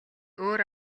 өөр